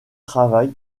travail